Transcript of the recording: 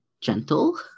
gentle